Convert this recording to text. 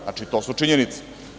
Znači, to su činjenice.